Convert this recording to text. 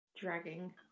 dragging